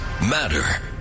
matter